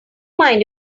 mind